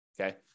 okay